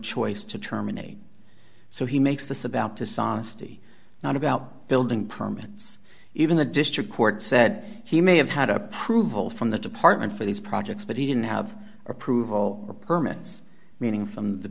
choice to terminate so he makes this about dishonesty not about building permits even the district court said he may have had approval from the department for these projects but he didn't have approval for permits reading from the